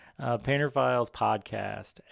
painterfilespodcast